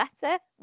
better